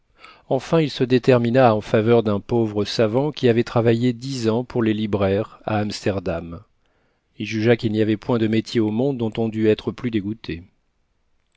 enfin il se détermina en faveur d'un pauvre savant qui avait travaillé dix ans pour les libraires à amsterdam il jugea qu'il n'y avait point de métier au monde dont on dût être plus dégoûté